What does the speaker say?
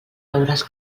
beuràs